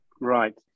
Right